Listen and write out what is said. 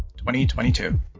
2022